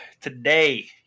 Today